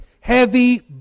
heavy